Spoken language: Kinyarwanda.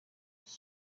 iki